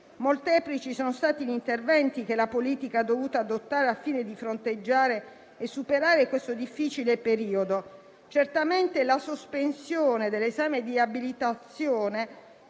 Molteplici sono stati gli interventi che la politica ha dovuto adottare al fine di fronteggiare e superare questo difficile periodo. Certamente, la sospensione dell'esame di abilitazione